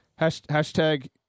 hashtag